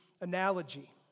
analogy